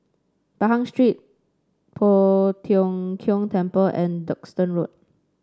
Pahang Street Poh Tiong Kiong Temple and Duxton Road